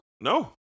No